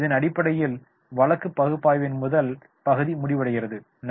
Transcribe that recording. இதன் அடிப்படையில் வழக்கு பகுப்பாய்வின் முதல் பகுதி முடிவடைகிறது நன்றி